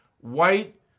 white